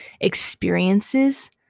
experiences